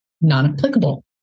non-applicable